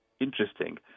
interesting